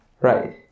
Right